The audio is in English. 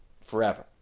forever